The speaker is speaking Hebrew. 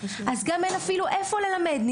אז אין אפילו איפה ללמד.